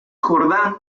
jordán